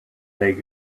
they